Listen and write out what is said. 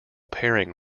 pairing